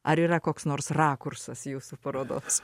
ar yra koks nors rakursas jūsų parodoms